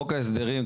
חוק ההסדרים,